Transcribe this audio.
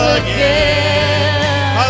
again